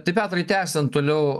tai petrai tęsiant toliau